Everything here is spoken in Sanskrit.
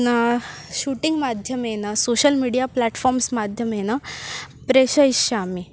न शूटिङ्ग् माध्यमेन सोशल् मीडिया प्लाट्फ़ार्मम्स् माध्यमेन प्रेषयिष्यामि